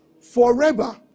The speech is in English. forever